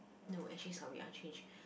no actually sorry I change